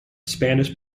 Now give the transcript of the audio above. spanish